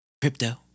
Crypto